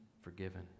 forgiven